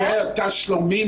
בפרט שמספרם יורד,